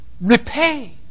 repay